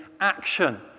action